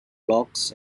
blocks